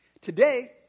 Today